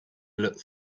looked